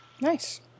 Nice